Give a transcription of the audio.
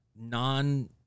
non-